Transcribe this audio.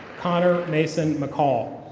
connor mason mccall.